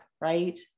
right